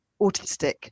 autistic